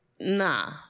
nah